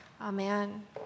Amen